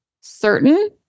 certain